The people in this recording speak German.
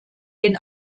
den